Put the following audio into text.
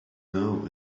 know